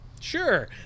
sure